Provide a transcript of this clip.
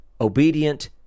obedient